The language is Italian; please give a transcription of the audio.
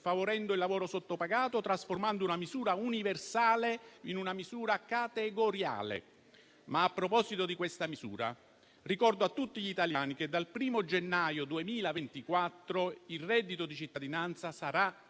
favorendo il lavoro sottopagato, trasformando una misura universale in una misura categoriale. A proposito di questa misura, ricordo a tutti gli italiani che dal 1° gennaio 2024 il reddito di cittadinanza sarà